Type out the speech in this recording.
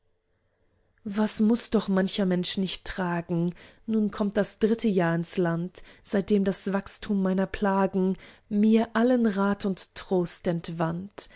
was muß doch mancher mensch nicht tragen nun kommt das dritte jahr ins land seitdem das wachstum meiner plagen mir allen rat und trost